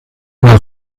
mal